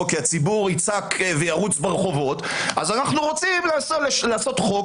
כי הציבור יצעק וירוץ ברחובות אז אנו רוצים לעשות חוק,